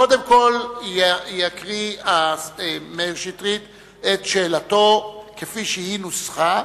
קודם כול יקריא מאיר שטרית את שאלתו כפי שהיא נוסחה,